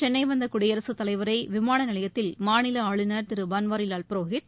சென்னைந்தகுடியரசுத் தலைவரைவிமானநிலையத்தில் மாநிலஆளுநர் முன்னதாக திருபன்வாரிலால் புரோஹித்